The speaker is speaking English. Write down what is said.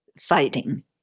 fighting